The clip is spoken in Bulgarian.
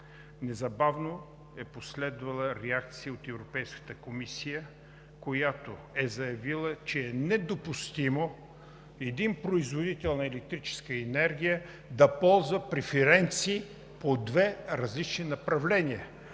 Незабавно е последвала реакция от Европейската комисия, която е заявила, че е недопустимо един производител на електрическа енергия да ползва преференции по две различни направления –